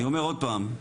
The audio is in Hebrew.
אני אומר עוד פעם,